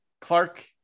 Clark